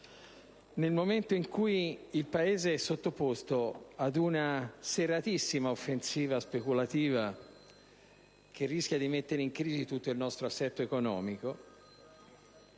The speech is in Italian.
nel momento in cui il Paese è sottoposto ad una serratissima offensiva speculativa che rischia di mettere in crisi tutto il nostro assetto economico,